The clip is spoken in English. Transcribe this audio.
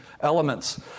elements